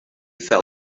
felt